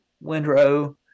windrow